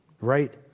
right